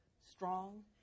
strong